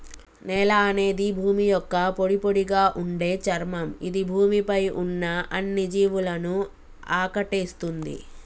నేల అనేది భూమి యొక్క పొడిపొడిగా ఉండే చర్మం ఇది భూమి పై ఉన్న అన్ని జీవులను ఆకటేస్తుంది